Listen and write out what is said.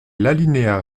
l’alinéa